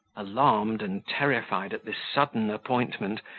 alarmed and terrified at this sudden appointment,